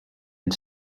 and